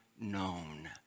known